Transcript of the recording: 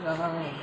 জানা নেই